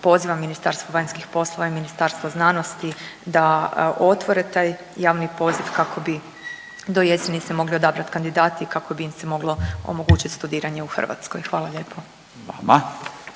pozivam Ministarstvo vanjskih poslova i Ministarstvo znanosti da otvore taj javni poziv kako bi do jeseni se mogli odabrat kandidati, kako bi im se moglo omogućit studiranje u Hrvatskoj, hvala lijepo.